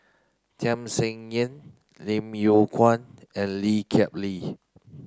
Tham Sien Yen Lim Yew Kuan and Lee Kip Lee